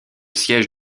siège